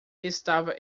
estava